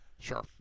Sure